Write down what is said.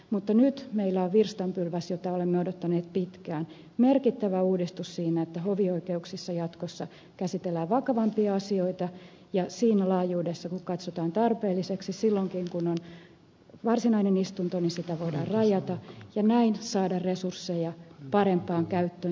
mutta nyt meillä on virstanpylväs jota olemme odottaneet pitkään merkittävä uudistus siinä että hovioikeuksissa jatkossa käsitellään vakavampia asioita ja siinä laajuudessa kuin katsotaan tarpeelliseksi silloinkin kun on varsinainen istunto sitä voidaan rajata ja näin saada resursseja parempaan käyttöön